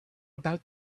about